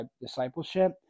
discipleship